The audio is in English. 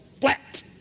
flat